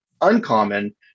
uncommon